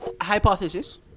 hypothesis